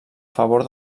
favor